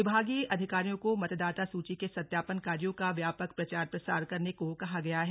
विभागीय अधिकारियों को मतदाता सूची के सत्यापन कार्यो का व्यापक प्रचार प्रसार करने को कहा गया है